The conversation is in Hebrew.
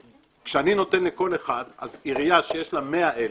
כשאני נותן לכל אחד, אז עירייה שיש לה מאה אלף,